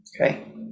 Okay